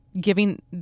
giving